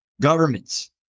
governments